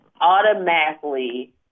automatically